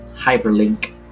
Hyperlink